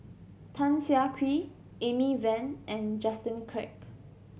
Tan Siah Kwee Amy Van and Justin Quek